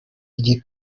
ry’i